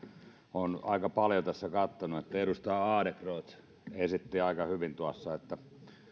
olen aika paljon tätä katsonut ja edustaja adlercreuz esitti aika hyvin tuossa